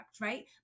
right